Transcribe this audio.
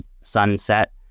sunset